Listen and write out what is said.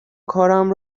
کارم